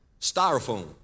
Styrofoam